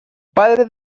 padre